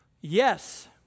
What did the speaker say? Yes